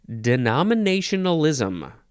Denominationalism